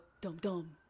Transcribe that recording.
dum-dum